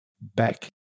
back